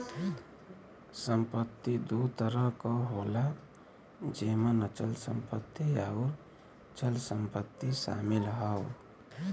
संपत्ति दू तरह क होला जेमन अचल संपत्ति आउर चल संपत्ति शामिल हौ